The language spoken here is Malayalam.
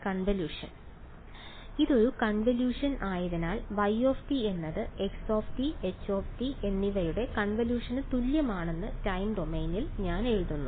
കൺവല്യൂഷൻ ഇതൊരു കൺവല്യൂഷൻ ആയതിനാൽ y എന്നത് x h എന്നിവയുടെ കൺവല്യൂഷന് തുല്യമാണെന്ന് ടൈം ഡൊമെയ്നിൽ ഞാൻ എഴുതുന്നു